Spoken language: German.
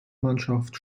mannschaft